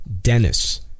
Dennis